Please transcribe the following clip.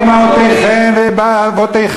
שחיים בשלום ובשלווה 50 60 שנה יחד.